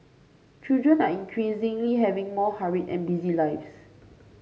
children are increasingly having more hurried and busy lives